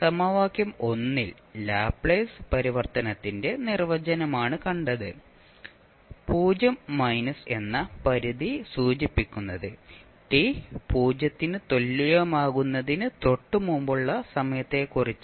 സമവാക്യം ൽ ലാപ്ലേസ് പരിവർത്തനത്തിന്റെ നിർവചനമാണ് കണ്ടത് 0 മൈനസ് എന്ന പരിധി സൂചിപ്പിക്കുന്നത് ടി 0 ന് തുല്യമാകുന്നതിനു തൊട്ടുമുമ്പുള്ള സമയത്തെക്കുറിച്ചാണ്